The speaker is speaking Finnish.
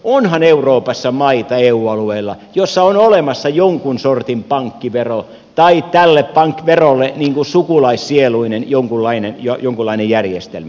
onhan euroopassa eu alueella maita joissa on olemassa jonkun sortin pankkivero tai tälle verolle sukulaissieluinen jonkunlainen järjestelmä